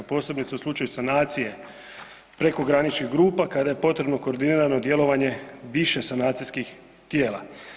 Posebni su slučajevi sanacije prekograničnih grupa kada je potrebno koordinirano djelovanje više sanacijskih tijela.